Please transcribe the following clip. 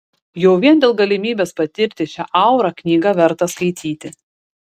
jau vien dėl galimybės patirti šią aurą knygą verta skaityti